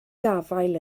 gafael